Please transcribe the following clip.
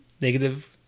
negative